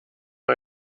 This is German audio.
nur